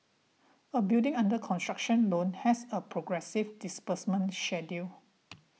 a building under construction loan has a progressive disbursement